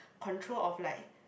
control of like